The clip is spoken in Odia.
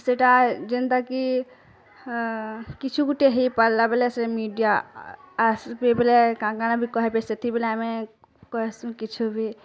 ସେଇଟା ଯେନ୍ତା କି ହାଁ କିଛି ଗୁଟେ ହେଇପାର୍ଲା ବେଲେ ସେ ମିଡ଼ିଆ ଆସୁ ପିଏ ପରେ କାଁ କାଣା ବି କହେବେ ସେଥିବେଲେ ଆମେ କହେସୁଁ କିଛି ବି